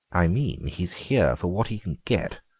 i mean he's here for what he can get,